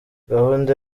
gahunda